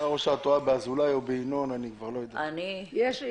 אני כן